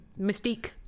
mystique